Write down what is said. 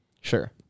Sure